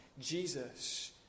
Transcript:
Jesus